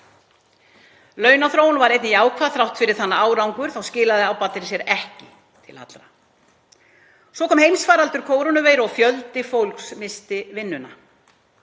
Launaþróun var einnig jákvæð. Þrátt fyrir þann árangur skilaði ábatinn sér ekki til allra. Svo kom heimsfaraldur kórónuveiru og fjöldi fólks missti vinnuna.